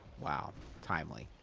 wow. timely.